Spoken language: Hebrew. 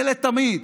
זה לתמיד.